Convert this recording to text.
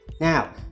Now